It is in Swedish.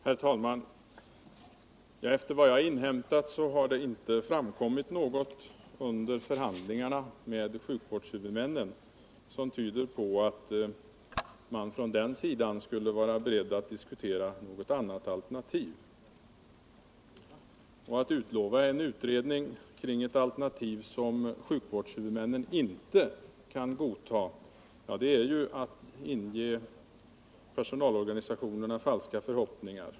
Herr talman! Efter vad jag inhämtat har det inte framkommit något under förhandlingarna med sjukvårdshuvudmännen som tyder på att man från den sidan skulle vara beredd att diskutera något annat alternativ. Att utlova en utredning kring ett alternativ som sjukvårdshuvudmännen inte kan godta är att inge personalorganisationerna falska förhoppningar.